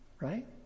right